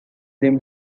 them